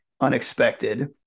unexpected